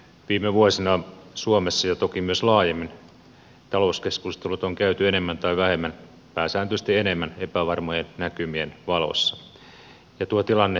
viime vuosina suomessa ja toki myös laajemmin talouskeskustelut on käyty enemmän tai vähemmän pääsääntöisesti enemmän epävarmojen näkymien valossa ja tuo tilanne jatkuu edelleen